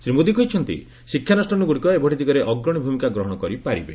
ଶ୍ରୀ ମୋଦି କହିଛନ୍ତି ଶିକ୍ଷାନୁଷାନଗୁଡ଼ିକ ଏ ଦିଗରେ ଅଗ୍ରଣୀ ଭୂମିକା ଗ୍ରହଣ କରିପାରିବେ